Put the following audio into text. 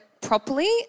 properly